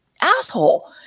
asshole